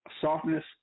softness